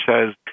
says